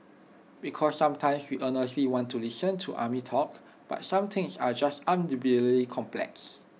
because sometimes we earnestly want to listen to army talk but some things are just unbelievably complex